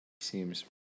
seems